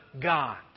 God